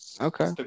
Okay